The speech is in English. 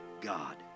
God